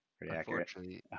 Unfortunately